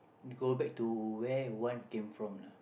go back to where you one came from lah